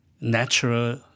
natural